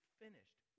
finished